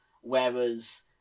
whereas